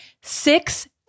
six